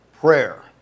Prayer